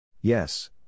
Yes